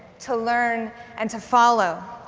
to learn, and to follow,